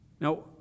Now